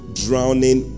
drowning